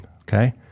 Okay